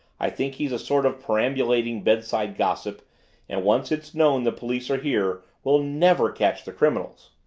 i think he's a sort of perambulating bedside gossip and once it's known the police are here we'll never catch the criminals!